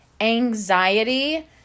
anxiety